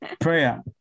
prayer